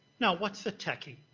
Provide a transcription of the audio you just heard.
now, what's a techie?